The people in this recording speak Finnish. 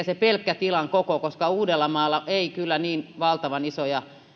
se pelkkä tilan koko koska uudellamaalla ei kyllä niin valtavan isoja